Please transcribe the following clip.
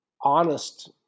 honest